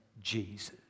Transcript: Jesus